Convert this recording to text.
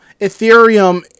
Ethereum